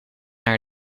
naar